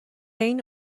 این